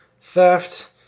theft